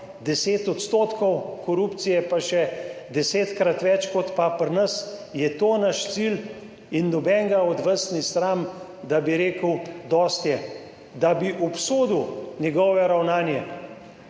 davek 10 %, korupcije pa še desetkrat več kot pa pri nas. Je to naš cilj? In nobenega od vas ni sram, da bi rekel, dosti je, da bi obsodil njegovo ravnanje.